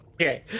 Okay